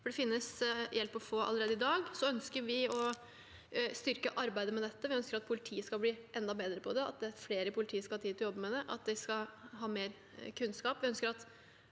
for det finnes hjelp å få allerede i dag. Vi ønsker å styrke arbeidet med dette. Vi ønsker at politiet skal bli enda bedre på det, at flere i politiet skal ha tid til å jobbe med det, og at de skal ha mer kunnskap. Vi ønsker at